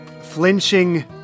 flinching